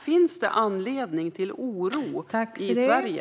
Finns det anledning till oro i Sverige?